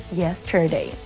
yesterday